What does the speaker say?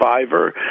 survivor